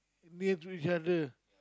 near to each other